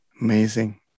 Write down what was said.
Amazing